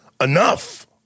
enough